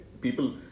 people